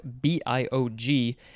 B-I-O-G